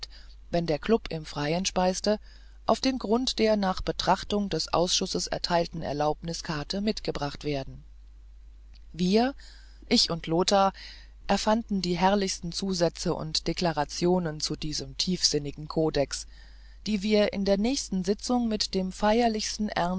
wenn der klub im freien speiste auf den grund der nach beratung des ausschusses erteilten erlaubniskarte mitgebracht werden wir ich und lothar erfanden die herrlichsten zusätze und deklarationen zu diesem tiefsinnigen kodex die wir in der nächsten sitzung mit dem